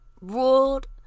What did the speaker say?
ruled